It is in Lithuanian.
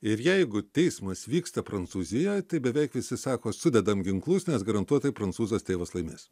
ir jeigu teismas vyksta prancūzijoj tai beveik visi sako sudedam ginklus nes garantuotai prancūzas tėvas laimės